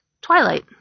Twilight